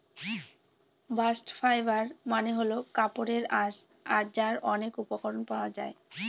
bast fibre মানে হল কাপড়ের আঁশ যার অনেক উপকরণ পাওয়া যায়